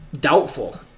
doubtful